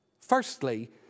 Firstly